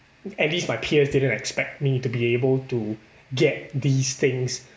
at least my peers didn't expect me to be able to get these things